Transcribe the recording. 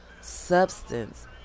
substance